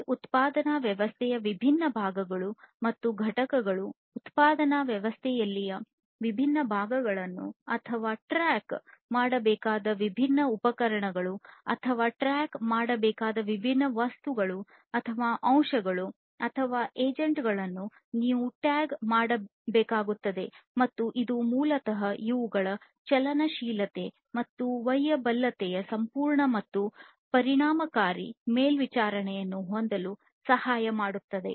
ಇಡೀ ಉತ್ಪಾದನಾ ವ್ಯವಸ್ಥೆಯ ವಿಭಿನ್ನ ಭಾಗಗಳು ಮತ್ತು ಘಟಕಗಳು ಟ್ರ್ಯಾಕ್ ಮಾಡಬೇಕಾದ ವಿಭಿನ್ನ ಉಪಕರಣಗಳು ಅಥವಾ ಟ್ರ್ಯಾಕ್ ಮಾಡಬೇಕಾದ ವಿಭಿನ್ನ ವಸ್ತುಗಳು ಅಥವಾ ಅಂಶಗಳು ಅಥವಾ ಏಜೆಂಟ್ ಗಳನ್ನು ನೀವು ಟ್ಯಾಗ್ ಮಾಡಬೇಕಾಗುತ್ತದೆ ಮತ್ತು ಇದು ಮೂಲತಃ ಇವುಗಳ ಚಲನಶೀಲತೆ ಮತ್ತು ಒಯ್ಯಬಲ್ಲತೆಯ ಸಂಪೂರ್ಣ ಮತ್ತು ಪರಿಣಾಮಕಾರಿ ಮೇಲ್ವಿಚಾರಣೆಯನ್ನು ಹೊಂದಲು ಸಹಾಯ ಮಾಡುತ್ತದೆ